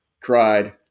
cried